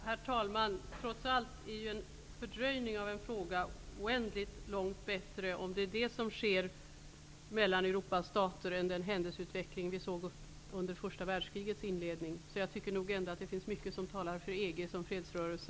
Herr talman! Om det är en fördröjning av en lösning som sker mellan Europas stater, är det trots allt oändligt långt bättre än den händelseutveckling som vi såg under första världskrigets inledning. Så det finns nog ändå mycket som talar för EG som fredsrörelse.